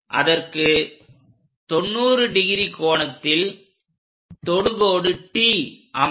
அதற்கு 90° கோணத்தில் தொடுகோடு T அமையும்